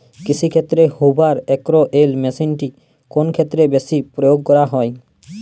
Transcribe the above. কৃষিক্ষেত্রে Hoover X L মেশিনটি কোন ক্ষেত্রে বেশি প্রয়োগ করা হয়?